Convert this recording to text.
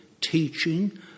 teaching